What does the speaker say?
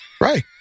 right